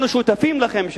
אנחנו שותפים לכם,